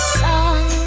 song